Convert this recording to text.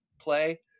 play